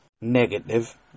negative